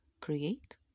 Create